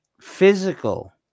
physical